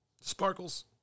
Sparkles